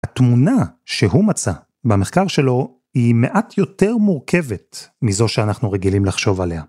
התמונה שהוא מצא במחקר שלו היא מעט יותר מורכבת מזו שאנחנו רגילים לחשוב עליה.